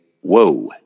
whoa